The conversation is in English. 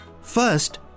First